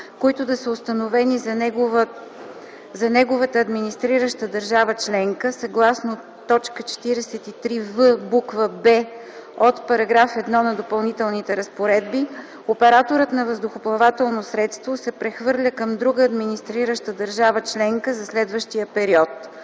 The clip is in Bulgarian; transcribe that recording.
които да са установени за неговата администрираща държава членка, съгласно т. 43в, буква „б” от § 1 на Допълнителните разпоредби операторът на въздухоплавателно средство се прехвърля към друга администрираща държава членка за следващия период.